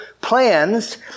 plans